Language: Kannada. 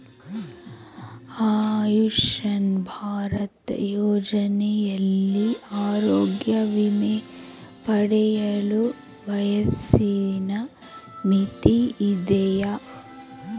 ಆಯುಷ್ಮಾನ್ ಭಾರತ್ ಯೋಜನೆಯಲ್ಲಿ ಆರೋಗ್ಯ ವಿಮೆ ಪಡೆಯಲು ವಯಸ್ಸಿನ ಮಿತಿ ಇದೆಯಾ?